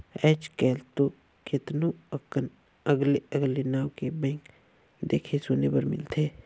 आयज कायल तो केतनो अकन अगले अगले नांव के बैंक देखे सुने बर मिलथे